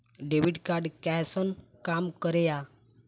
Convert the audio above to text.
Debit card कैसन काम करेया?